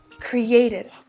created